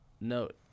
note